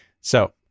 So-